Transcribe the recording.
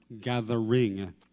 gathering